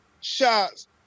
shots